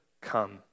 come